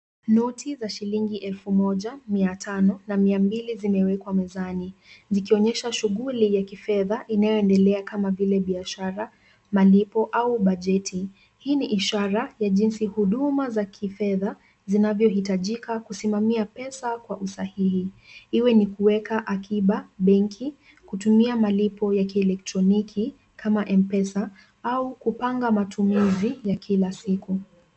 Noti za shilingi elfu moja, mia tano na mia mbili zimewekwa mezani zikionyesha shughuli ya kifedha inayoendelea kama vile biashara, malipo au bajeti. Hii ni ishara ya jinsi huduma za kifedha zinavyohitajika kusimamia pesa kwa usahihi iwe ni kuweka akiba, benki, kutumia malipo ya kielektroniki kama M-Pesa au kupanga matumizi ya kila siku.